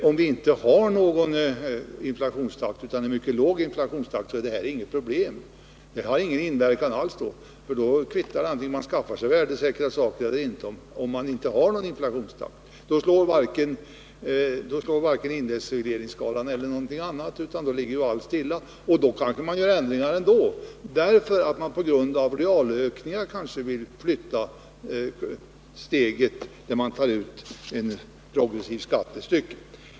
Om vi bara har en mycket låg inflationstakt, är detta inget problem. Det har då ingen inverkan alls om man skaffar sig värdesäkra saker eller inte. Om vi inte har någon hög inflationstakt, slår ju varken indexregleringsskalan eller någonting annat, utan allt ligger stilla. Men man kanske gör ändringar ändå för att man, på grund av realökningar, vill flytta steget där en progressiv skatt tas ut.